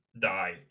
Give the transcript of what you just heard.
die